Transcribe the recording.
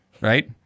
right